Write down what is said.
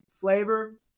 Flavor